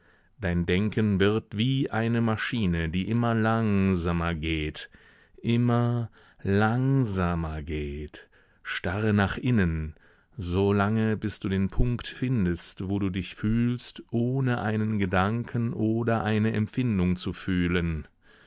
dein denken wird wie eine maschine die immer langsamer geht immer langsamer geht starre nach innen so lange bis du den punkt findest wo du dich fühlst ohne einen gedanken oder eine empfindung zu fühlen